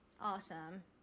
Awesome